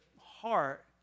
heart